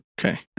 Okay